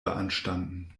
beanstanden